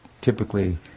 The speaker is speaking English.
typically